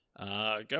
Go